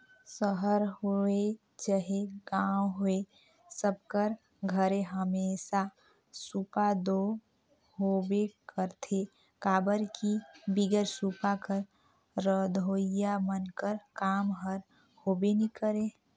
सहर होए चहे गाँव होए सब कर घरे हमेसा सूपा दो होबे करथे काबर कि बिगर सूपा कर रधोइया मन कर काम हर होबे नी करे